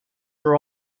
are